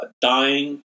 dying